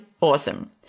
awesome